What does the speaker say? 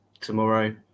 tomorrow